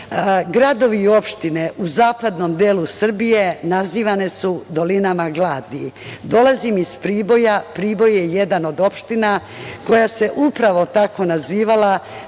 gradovi i opštine u zapadnom delu Srbije nazivane su „dolinama gladi“. Dolazim iz Priboja, Priboj je jedna od opština koja se upravo tako nazivala